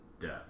death